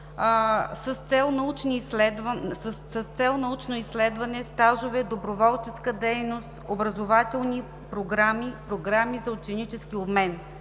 с цел научно изследване, стажове, доброволческа дейност, образователни програми, програми за ученически обмен.